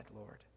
Lord